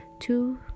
Two